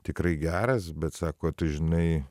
tikrai geras bet sako tu žinai